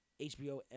HBO